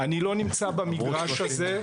אנחנו נתנו ערך גם לדבר הזה,